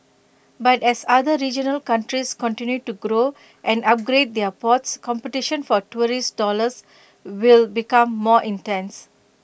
but as other regional countries continue to grow and upgrade their ports competition for tourist dollars will become more intense